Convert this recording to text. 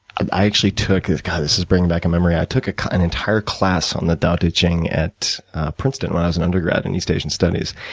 ah i actually took god, this is bringing back a memory. i actually took ah an entire class on the tao te ching at princeton when i was an undergrad in east asian studies.